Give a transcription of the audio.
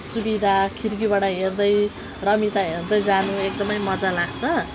सुविधा खिर्कीबाट हेर्दै रमिता हेर्दै जानु एकदमै मजा लाग्छ